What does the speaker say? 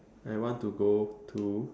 I want to go to